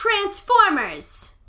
Transformers